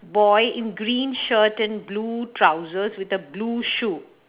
boy in green shirt and blue trousers with a blue shoe